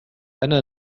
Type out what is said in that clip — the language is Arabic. أنا